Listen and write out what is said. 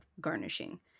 garnishing